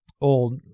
old